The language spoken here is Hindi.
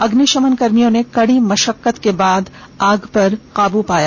अग्निशमन कर्मियों ने कड़ी मशक्कत के बाद आग पर काबू पाया